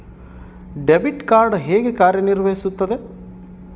Debit card ಹೇಗೆ ಕಾರ್ಯನಿರ್ವಹಿಸುತ್ತದೆ?